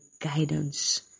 guidance